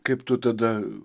kaip tu tada